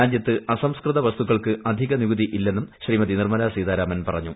രാജ്യത്ത് അസംസ്കൃതി ്വസ്തുക്കൾക്ക് അധിക നികുതി ഇല്ലെന്നും ശ്രീമതി നിർമ്മല സ്ട്രീത്രാമൻ പറഞ്ഞു